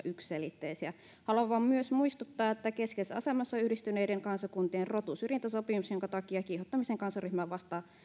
yksiselitteisiä haluan myös muistuttaa että keskeisessä asemassa on yhdistyneiden kansakuntien rotusyrjintäsopimus jonka takia kiihottaminen kansanryhmää vastaan